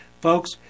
Folks